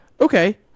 okay